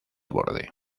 borde